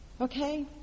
Okay